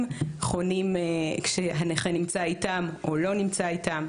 חונים כשהנכה נמצא איתם או לא נמצא איתם,